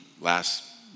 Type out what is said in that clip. last